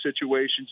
situations